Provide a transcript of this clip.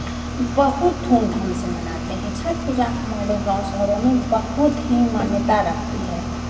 बहुत धूमधाम से मनाते हैं छठ पूजा हमारे गांव शहरों में बहुत ही मान्यता रखती है